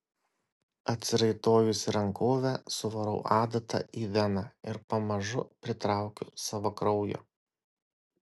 atsiraitojusi rankovę suvarau adatą į veną ir pamažu pritraukiu savo kraujo